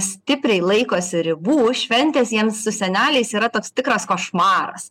stipriai laikosi ribų šventės jiems su seneliais yra toks tikras košmaras